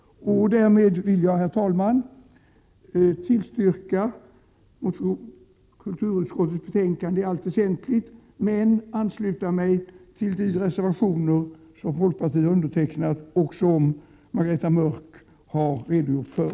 Därmed vill jag, herr talman, yrka bifall till utskottets hemställan i allt väsentligt, men yrka bifall till de reservationer som folkpartiet står bakom och som Margareta Mörck har redogjort för.